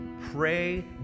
pray